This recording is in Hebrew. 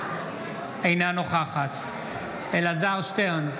אינה נוכחת אלעזר שטרן,